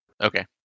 Okay